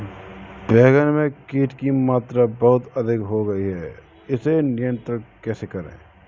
बैगन में कीट की मात्रा बहुत अधिक हो गई है इसे नियंत्रण कैसे करें?